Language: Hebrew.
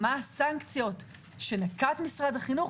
מה הסנקציות שנקט משרד החינוך,